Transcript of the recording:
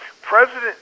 President